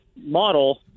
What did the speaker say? model